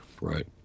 Right